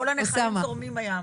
כל הנחלים זורמים הימה.